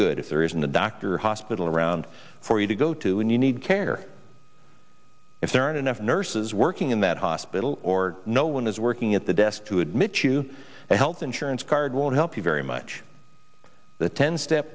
good if there isn't a doctor or hospital around for you to go to and you need care if there aren't enough nurses working in that hospital or no one is working at the desk to admit you the health insurance card won't help you very much the ten step